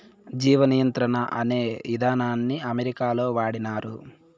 జీవ నియంత్రణ అనే ఇదానాన్ని అమెరికాలో వాడినారు